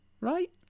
right